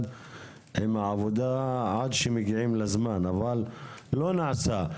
עם העבודה עד שמגיעים לזמן אבל זה לא נעשה.